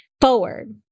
forward